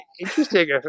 interesting